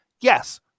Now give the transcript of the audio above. yes